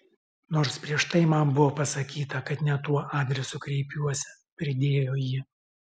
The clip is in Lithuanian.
nors prieš tai man buvo pasakyta kad ne tuo adresu kreipiuosi pridėjo ji